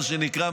מה שנקרא,